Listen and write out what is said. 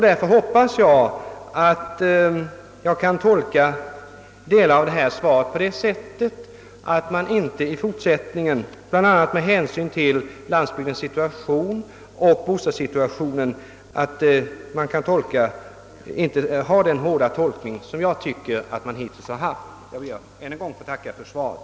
Därför hoppas jag att man i fortsättningen, bl.a. med hänsyn till landsbygdens situation och bostadssituationen, inte kommer att tillämpa samma hårda tolkning som hittills. Jag ber än en gång att få tacka för svaret.